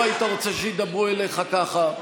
לא היית רוצה שידברו אליך כך.